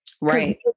right